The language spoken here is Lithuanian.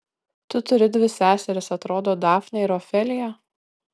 tu turi dvi seseris atrodo dafnę ir ofeliją